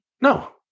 No